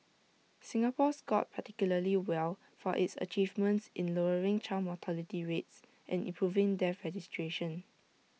Singapore scored particularly well for its achievements in lowering child mortality rates and improving death registration